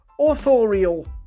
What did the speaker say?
authorial